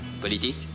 Politique